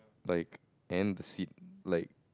like and the seat like